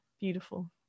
beautiful